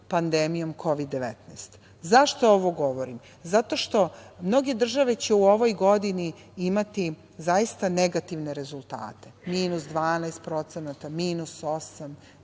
pandemijom Kovid-19. Zašto ovo govorim? Zato što mnoge države će u ovoj godini imati zaista negativne rezultate, minus 12%, minus 8%,